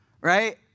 right